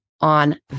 on